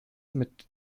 mit